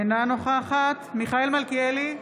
אינה נוכחת מיכאל מלכיאלי,